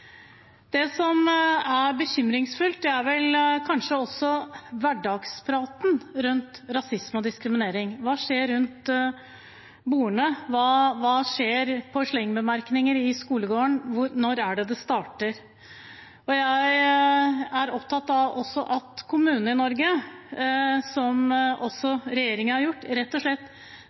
Det som er bekymringsfullt, er vel kanskje hverdagspraten rundt rasisme og diskriminering. Hva skjer rundt bordene? Hva skjer av slengbemerkninger i skolegården? Når er det det starter? Jeg er også opptatt av at kommunene i Norge tar dette til seg, som også regjeringen har gjort, at man har kommunale planer for hvordan man skal forebygge rasisme og